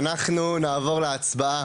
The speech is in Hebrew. אנחנו נעבור להצבעה.